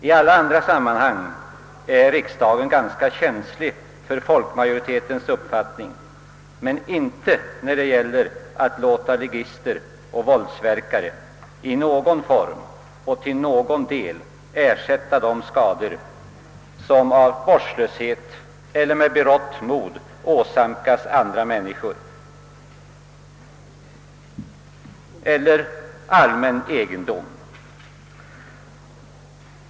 I alla andra sammanhang är riksdagen ganska känslig för folkmajoritetens uppfattning, men inte när det gäller kravet att ligister och våldsverkare i någon form eller till någon del skall ersätta de skador de av vårdslöshet eller med berått mod åsamkar andra människor eller tillfogar allmän egendom.